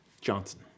Johnson